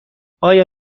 آیا